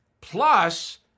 Plus